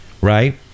Right